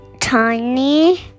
tiny